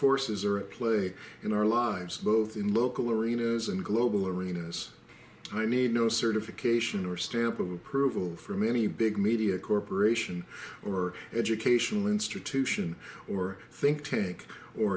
forces are at play in our lives both in local arenas and global arenas i need no certification or stamp of approval from any big media corporation or educational institution or think tank or